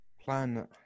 plan